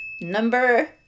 Number